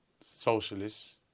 Socialists